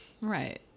Right